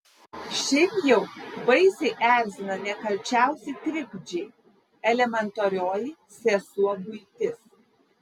šiaip jau baisiai erzina nekalčiausi trikdžiai elementarioji sesuo buitis